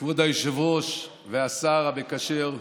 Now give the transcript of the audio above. כבוד היושב-ראש והשר המקשר,